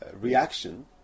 reaction